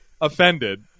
offended